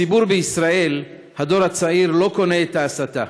הציבור בישראל, הדור הצעיר, לא קונה את ההסתה.